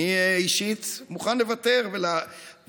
אני אישית מוכן לוותר ולתרום,